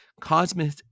cosmic